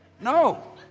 No